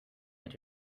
into